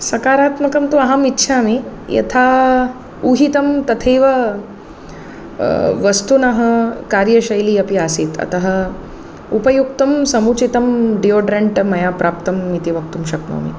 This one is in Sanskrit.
सकारात्मकं तु अहम् इच्छामि यथा ऊहितं तथैव वस्तुनः कार्यशैली अपि आसीत् अतः उपयुक्तं समुचितं डियोड्रेन्ट् मया प्राप्तम् इति वक्तुं शक्नोमि